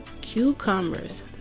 cucumbers